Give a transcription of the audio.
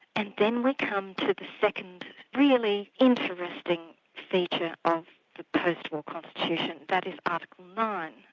and then we come to the second really interesting feature of the post-war constitution, that is article um